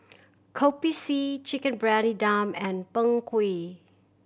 Kopi C Chicken Briyani Dum and Png Kueh